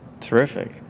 Terrific